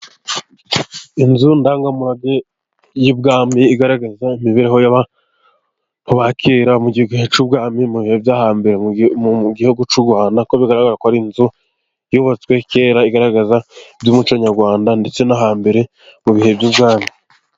Inzu ndangamurage y'ubwami, igaragaza imibereho y'abakera mu gihe cy'ubwami, mu bihe byo hambere mu gihugu cy'u Rwanda, kuko bigaragara ko ari inzu yubatswe kera igaragaza iby'umuco nyarwanda, ndetse no hambere mu bihe by'ubwami.